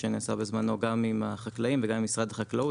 שנעשה בזמנו גם עם החקלאים וגם עם משרד החקלאות,